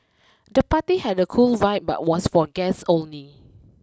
the party had a cool vibe but was for guests only